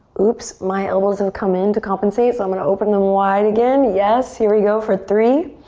oops, my elbows have come in to compensate, so i'm going to open them wide again. yes, here you go for three.